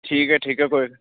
ठीक ऐ ठीक ऐ कोई